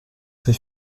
ses